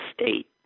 state